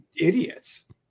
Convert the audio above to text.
idiots